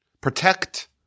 Protect